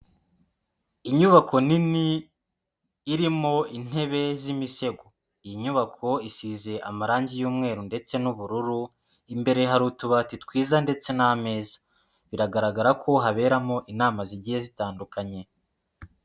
Inyubako nini irimo intebe z'imisego. Iyi nyubako isize amarangi y'umweru ndetse n'ubururu, imbere hari utubati twiza ndetse n'ameza. Biragaragara ko haberamo inama zigiye zitandukanye.